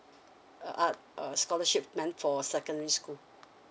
uh o~ uh scholarship meant for secondary school